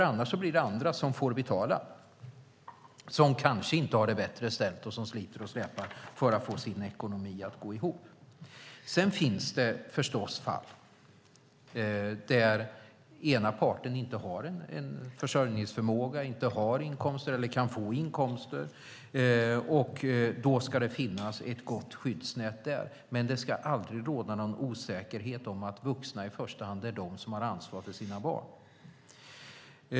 Annars blir det andra som får betala, som kanske inte har det bättre ställt och som sliter och släpar för att få sin ekonomi att gå ihop. Det finns förstås fall där ena parten inte har en försörjningsförmåga, inte har inkomster eller kan få inkomster. Då ska det finnas ett gott skyddsnät, men det ska aldrig råda någon osäkerhet om att föräldrarna i första hand är de som har ansvar för sina barn.